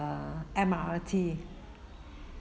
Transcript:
ah M_R_T